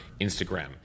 Instagram